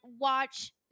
watch